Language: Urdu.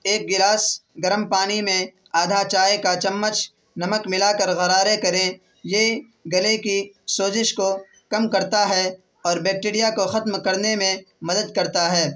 ایک گلاس گرم پانی میں آدھا چائے کا چمچ نمک ملا کر غرارے کریں یہ گلے کی سوزش کو کم کرتا ہے اور بیکٹیریا کو ختم کرنے میں مدد کرتا ہے